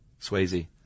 Swayze